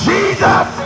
Jesus